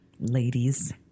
ladies